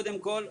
קודם כל,